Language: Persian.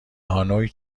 هانوی